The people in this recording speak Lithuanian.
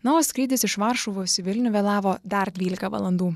na o skrydis iš varšuvos į vilnių vėlavo dar dvylika valandų